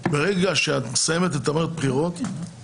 בסעיף הזה בחוק יש שתי בעיות שתיארת: הראשונה,